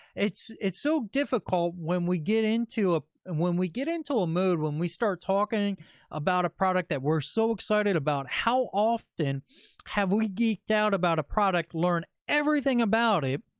it's it's so difficult when we get into, ah and when we get into a mood, when we start talking about a product that we're so excited about, how often have we geeked out about a product, learning everything about it,